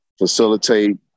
Facilitate